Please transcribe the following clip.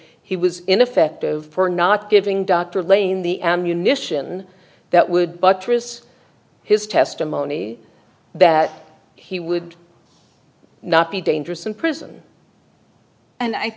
he was ineffective for not giving dr lane the ammunition that would buttress his testimony that he would not be dangerous in prison and i